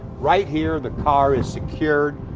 right here the car is secured,